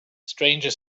stranger